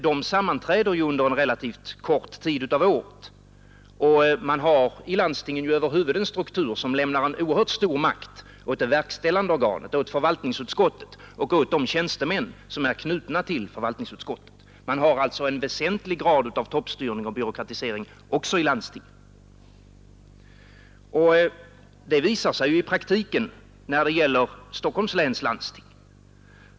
Den sammanträder ju under en relativt kort tid av året, och man har i landstingen över huvud en struktur som lämnar oerhört stor makt åt det verkställande organet, förvaltningsutskottet, och de tjänstemän som är knutna till det. Man har alltså en väsentlig grad av toppstyrning och byråkratisering också i landstingen. Det förhåller sig också i praktiken så när det gäller Stockholms läns landsting.